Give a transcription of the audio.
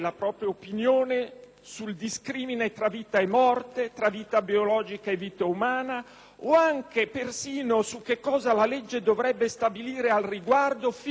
sul discrimine tra vita e morte, tra vita biologica e vita umana, o persino su che cosa la legge dovrebbe stabilire al riguardo fin nel dettaglio: